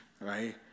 right